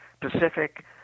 Pacific